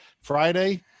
Friday